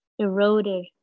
eroded